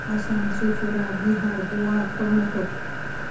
आसाम त्रिपुरा बिहार गवा कर्नाटक